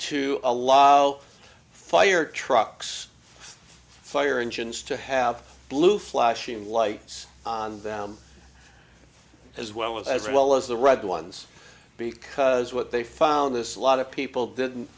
to a law fire trucks fire engines to have blue flashing lights on them as well as well as the red ones because what they found this a lot of people didn't